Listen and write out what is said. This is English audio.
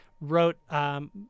wrote